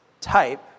type